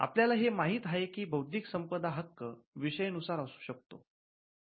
आपल्याला हे माहीत झाले आहे की बौद्धिक संपदा हक्क विषय नुसार असू शकतो